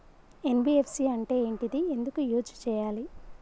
NBFC అంటే ఏంటిది ఎందుకు యూజ్ చేయాలి?